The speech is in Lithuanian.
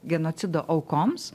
genocido aukoms